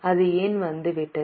அது ஏன் வந்துவிட்டது